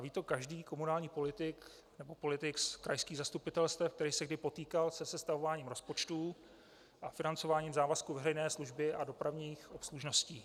Ví to každý komunální politik nebo politik z krajských zastupitelstev, který se kdy potýkal se sestavováním rozpočtů a financováním závazků veřejné služby a dopravních obslužností.